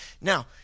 Now